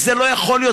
זה לא יכול להיות.